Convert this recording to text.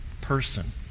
person